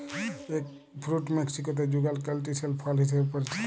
egg fruit মেক্সিকোতে যুগাল ক্যান্টিসেল ফল হিসেবে পরিচিত